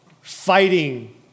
fighting